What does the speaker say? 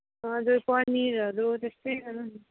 हजुर पनिरहरू त्यस्तै होला नि